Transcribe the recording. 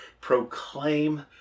proclaim